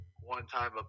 one-time